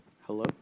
Hello